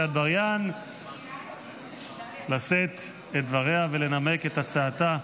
אטבריאן לשאת את דבריה ולנמק את הצעתה.